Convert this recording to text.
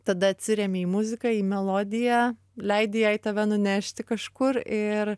tada atsiremi į muziką į melodiją leidi jai tave nunešti kažkur ir